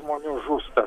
žmonių žūsta